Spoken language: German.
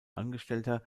angestellter